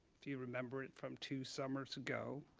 if you remember it from two summers ago?